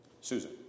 Susan